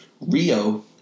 Rio